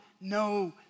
no